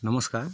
নমস্কাৰ